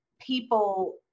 people